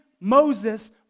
Moses